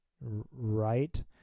right